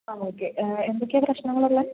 ആ ഓക്കേ എന്തൊക്കെയാണ് പ്രശ്നങ്ങൾ ഉള്ളത്